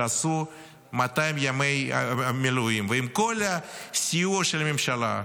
שעשו 200 ימי מילואים ועם כל הסיוע של הממשלה,